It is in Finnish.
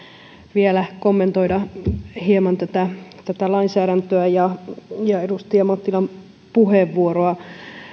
vielä kommentoida hieman tätä tätä lainsäädäntöä ja ja edustaja mattilan puheenvuoroa